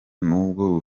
nubwo